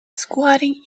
squatting